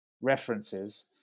references